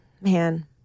man